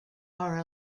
are